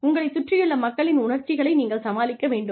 உங்களைச் சுற்றியுள்ள மக்களின் உணர்ச்சிகளை நீங்கள் சமாளிக்க வேண்டும்